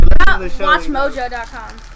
Watchmojo.com